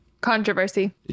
Controversy